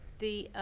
the